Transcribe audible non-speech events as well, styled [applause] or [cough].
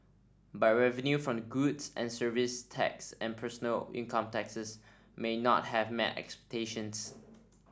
but revenue from the goods and service tax and personal income taxes may not have met expectations [noise]